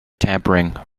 tampering